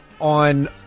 on